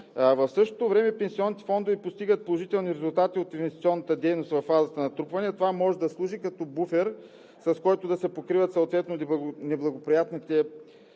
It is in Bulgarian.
в същото време пенсионните фондове постигат положителни резултати от инвестиционната дейност във фазата на натрупване? Това може да служи като буфер, с който да се покриват съответно неблагоприятните